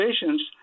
patients